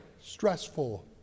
stressful